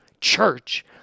church